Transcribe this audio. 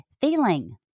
feeling